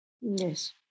Yes